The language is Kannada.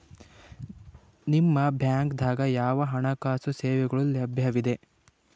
ನಿಮ ಬ್ಯಾಂಕ ದಾಗ ಯಾವ ಹಣಕಾಸು ಸೇವೆಗಳು ಲಭ್ಯವಿದೆ?